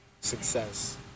success